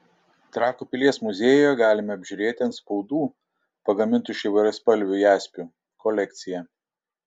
trakų pilies muziejuje galime apžiūrėti antspaudų pagamintų iš įvairiaspalvių jaspių kolekciją